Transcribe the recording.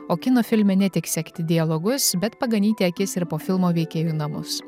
o kino filme ne tik sekti dialogus bet paganyti akis ir po filmo veikėjų namus